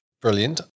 Brilliant